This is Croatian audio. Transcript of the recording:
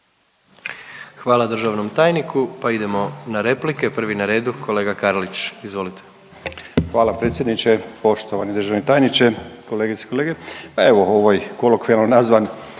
Hvala državnom tajniku. Pa idemo na replike, prvi na redu kolega Karlić, izvolite. **Karlić, Mladen (HDZ)** Hvala predsjedniče. Poštovani državni tajniče, kolegice i kolege. Pa evo ovaj kolokvijalno nazvan